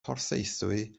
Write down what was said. porthaethwy